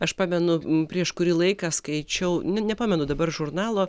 aš pamenu prieš kurį laiką skaičiau nu nepamenu dabar žurnalo